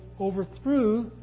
overthrew